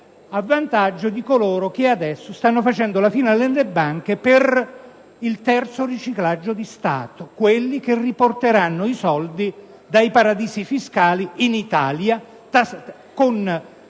a vantaggio di coloro che adesso stanno facendo la fila nelle banche per il terzo riciclaggio di Stato, quelli cioè che riporteranno i soldi dai paradisi fiscali in Italia con